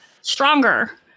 stronger